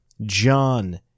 John